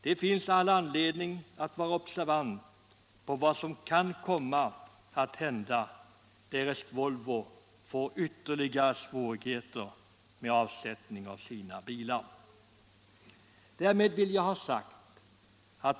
Det finns all anledning att vara observant på vad som kan komma att hända, därest Volvo får ytterligare svårigheter med avsättningen av sina bilar.